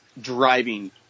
driving